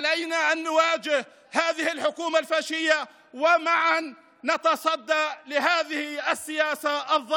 עלינו להתעמת עם הממשלה הפשיסטית ויחד להתנגד למדיניות הלא-הוגנת,